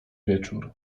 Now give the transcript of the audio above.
wieczór